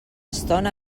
estona